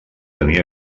tenir